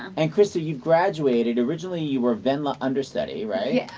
and, krysta you've graduated. originally, you were wendla understudy, right?